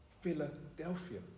Philadelphia